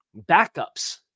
backups